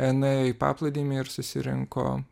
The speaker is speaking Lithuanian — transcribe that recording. nuėjo į paplūdimį ir susirinko